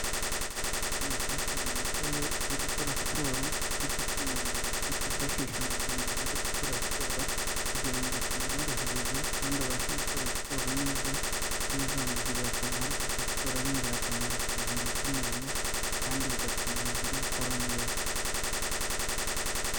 Umukecuru wicaye uri gukora siporo, ufite utwuma mu ntoki twifashisha mu mugihe umuntu ari gukora siporo, kugirango tumworohereze, kandi abashe gukora siporo neza, z'ibizamugirira akamaro, kuko siporo ari ingirakamaro ku buzima bw'umuntu, kandi bugatuma umubiri ukora neza.